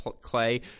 clay